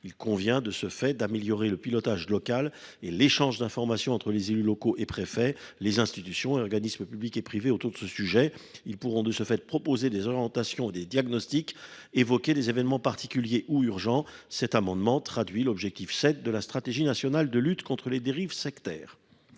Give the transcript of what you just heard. Il convient de ce fait d’améliorer le pilotage local et l’échange d’informations entre les élus locaux, les préfets, les institutions et les organismes publics comme privés autour de ce sujet. Les élus pourront proposer des orientations et des diagnostics, évoquer des événements particuliers ou urgents. Cet amendement vise simplement à traduire l’objectif n° 7 de la stratégie nationale de lutte contre les dérives sectaires.